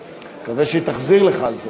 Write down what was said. אני מקווה שהיא תחזיר לך על זה,